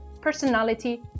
personality